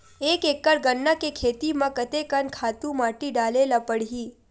एक एकड़ गन्ना के खेती म कते कन खातु माटी डाले ल पड़ही?